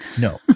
no